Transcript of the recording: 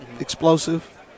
explosive